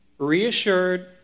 reassured